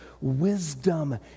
wisdom